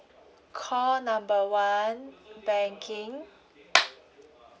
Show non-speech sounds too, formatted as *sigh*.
call number one banking *noise*